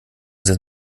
sind